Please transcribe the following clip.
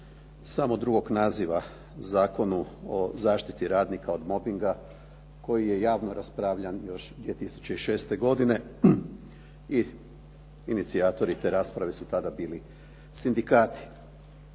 samo drugog naziva, Zakonu o zaštiti radnika od mobinga koji je javno raspravljan još 2006. godine i inicijatori te rasprave su tada bili sindikati.